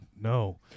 no